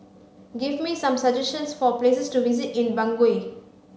give me some suggestions for places to visit in Bangui